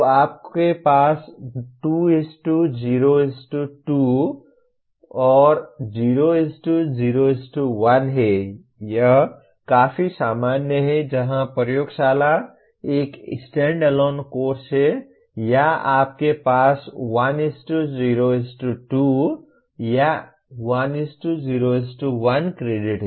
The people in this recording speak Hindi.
तो आपके पास 2 0 2 0 0 1 है यह काफी सामान्य है जहां प्रयोगशाला एक स्टैंडअलोन कोर्स है या आपके पास 1 0 2 या 1 0 1 क्रेडिट है